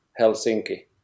Helsinki